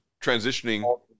transitioning